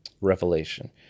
revelation